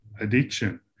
addiction